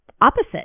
opposite